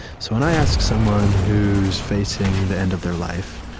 so when i ask someone who is facing the end of their life,